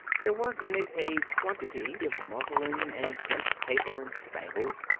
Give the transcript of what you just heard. there was in it a quantity of muslin and crimped paper and spangles.